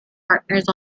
partners